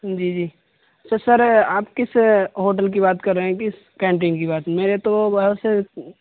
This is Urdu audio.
جی جی تو سر آپ کس ہوٹل کی بات کر رہے ہیں کس کینٹین کی بات میرے تو وہاں سے